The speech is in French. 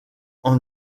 han